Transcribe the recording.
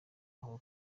mahoro